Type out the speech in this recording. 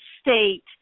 state